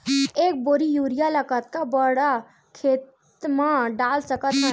एक बोरी यूरिया ल कतका बड़ा खेत म डाल सकत हन?